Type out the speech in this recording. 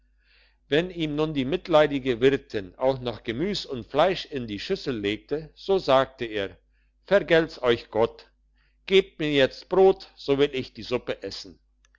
wenn ihm nun die mitleidige wirtin auch noch gemüs und fleisch in die schüssel legte so sagte er vergelts euch gott gebt mir jetzt brot so will ich die suppe essen